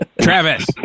Travis